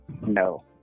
No